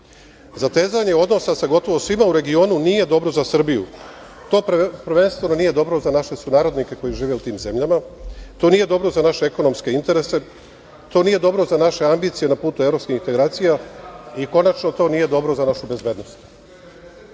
godina. Zatezanje odnosa sa gotovo svima u regionu nije dobro za Srbiju, to prvenstveno nije dobro za naše sunarodnike koji žive u tim zemljama, to nije dobro za naše ekonomske interese, to nije dobro za naše ambicije na putu evropskih integracija i, konačno, to nije dobro za našu bezbednost.